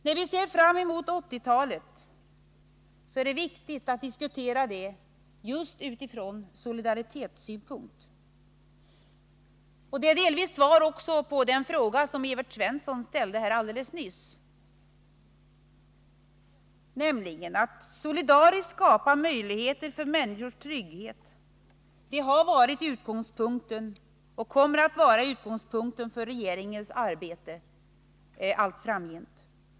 När vi ser fram emot 1980-talet är det viktigt att diskutera det just utifrån solidaritetssynpunkt. Det är också delvis svar på den fråga som Evert Svensson ställde här alldeles nyss. Att solidariskt skapa möjligheter för människors trygghet har nämligen varit utgångspunkten och kommer att vara utgångspunkten för regeringens arbete allt framgent.